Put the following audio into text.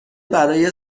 برای